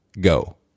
go